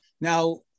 Now